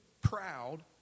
proud